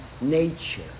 nature